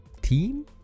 team